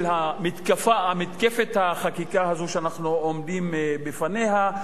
של מתקפת החקיקה הזאת שאנחנו עומדים בפניה,